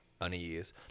unease